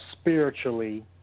spiritually